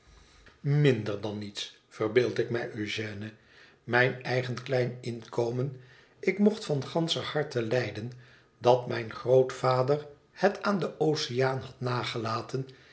minder dan niets verbeeld ik mij eugène mijn eigen klein inkomen ik mocht van ganscher harte lijden dat mijn grootvader het aan den oceaan had nagelaten